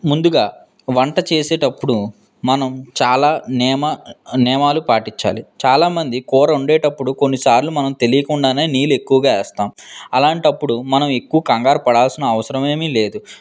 ముందుగా వంట చేసేటప్పుడు మనం చాలా నియమా నియమాలు పాటించాలి చాలామంది కూర వండేటప్పుడు కొన్నిసార్లు మనం తెలియకుండానే నీళ్ళు ఎక్కువగా వేస్తాం అలాంటప్పుడు మనం ఎక్కువ కంగారు పడాల్సిన అవసరం ఏమీ లేదు